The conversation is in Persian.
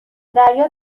دریا